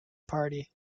party